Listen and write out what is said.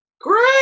Great